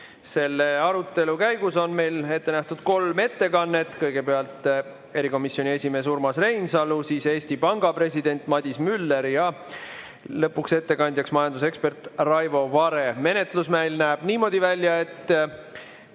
Selle arutelu käigus on meil ette nähtud kolm ettekannet: kõigepealt [kõneleb] erikomisjoni esimees Urmas Reinsalu, siis Eesti Panga president Madis Müller ja lõpuks majandusekspert Raivo Vare. Menetlus näeb meil niimoodi välja, et